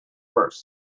worse